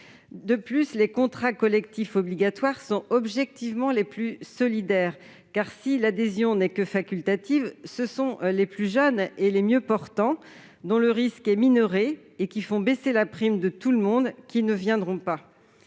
En outre, les contrats collectifs obligatoires sont objectivement les plus solidaires. Si l'adhésion n'est que facultative, en effet, les plus jeunes et les mieux portants, dont le risque est minoré et qui font baisser la prime de tout le monde, ne souscriront pas.